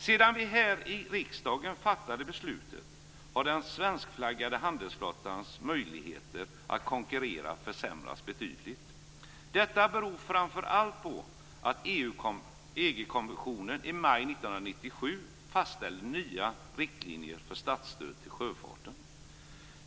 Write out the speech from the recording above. Sedan vi här i riksdagen fattade det beslutet har den svenskflaggade handelsflottans möjligheter att konkurrera försämrats betydligt. Detta beror framför allt på att EG-kommissionen i maj 1997 fastställde nya riktlinjer för statsstöd till sjöfarten.